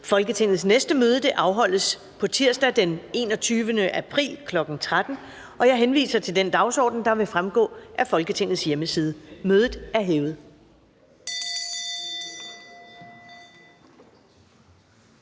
Folketingets næste møde afholdes på tirsdag den 21. april 2020, kl. 13.00. Jeg henviser til den dagsorden, der vil fremgå af Folketingets hjemmeside. Mødet er hævet.